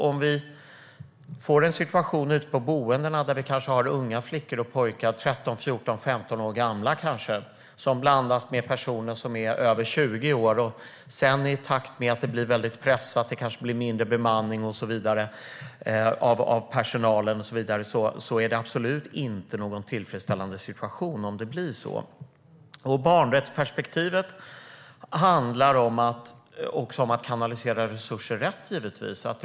Om vi får en situation ute på boendena med unga flickor och pojkar på 13, 14 och 15 år som blandas med personer som är över 20 år, och sedan i takt med att det kanske blir mindre bemanning också blir väldigt pressat, så är det absolut inte tillfredsställande. Barnrättsperspektivet handlar också om att kanalisera resurser rätt.